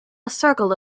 circle